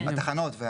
כמו התחנות.